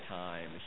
time